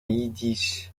yiddish